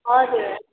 हजुर